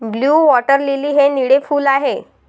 blue water lily हे निळे फूल आहे